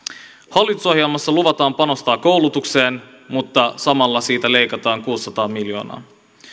hallitusohjelmassa luvataan panostaa koulutukseen mutta samalla siitä leikataan kuusisataa miljoonaa